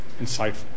insightful